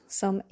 som